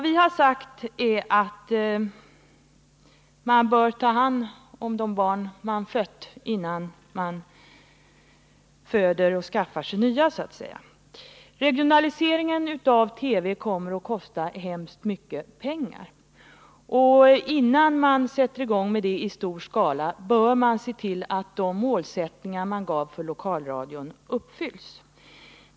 Vi har sagt att man bör ta hand om de barn man fött innan man skaffar sig fler. Regionaliseringen av TV kommer att kosta hemskt mycket pengar. Innan man sätter i gång detta i stor skala bör man se till att de målsättningar man gav för lokalradion uppfylls.